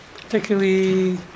particularly